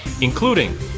including